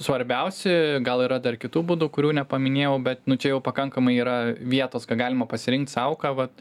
svarbiausi gal yra dar kitų būdų kurių nepaminėjau bet nu čia jau pakankamai yra vietos ką galima pasirinkt sau ką vat